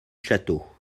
château